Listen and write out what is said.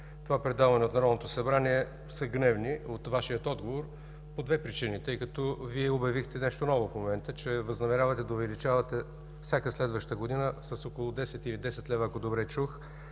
това предаване от Народното събрание, са гневни от Вашия отговор по две причини. Тъй като Вие обявихте нещо ново в момента – че възнамерявате да увеличавате всяка следваща година с около 10 или 10 лв., ако добре чух,